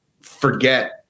forget